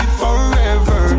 forever